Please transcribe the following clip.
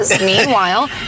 Meanwhile